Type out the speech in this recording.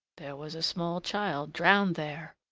there was a small child drowned there!